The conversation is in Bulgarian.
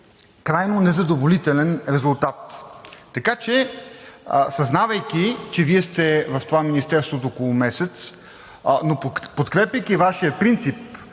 крайно незадоволителен резултат. Така че, съзнавайки, че Вие сте в това министерство до около месец, но подкрепяйки Вашия принцип,